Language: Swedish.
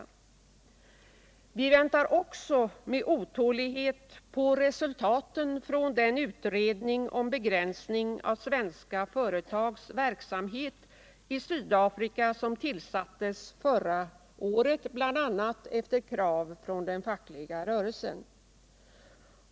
z Vi väntar också med otålighet på resultaten av den utredning om begränsning av svenska företags verksamhet i Sydafrika som tillsattes förra året, bl.a. efter krav från den fackliga rörelsen.